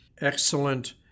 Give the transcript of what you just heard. excellent